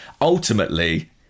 ultimately